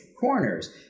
corners